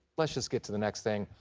let's just get to the next thing,